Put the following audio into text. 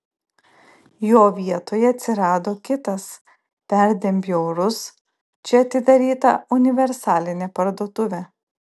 jo vietoje atsirado kitas perdėm bjaurus čia atidaryta universalinė parduotuvė